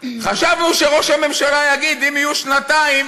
חשבנו שראש הממשלה יגיד: אם יהיו שנתיים